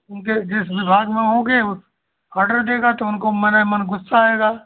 उनके जिस विभाग में होंगे वह ऑर्डर देगा तो उनको मने मन गुस्सा आएगा